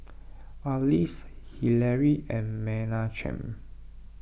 Arlis Hillary and Menachem